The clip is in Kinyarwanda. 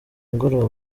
umugoroba